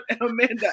Amanda